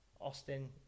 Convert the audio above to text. Austin